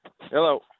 Hello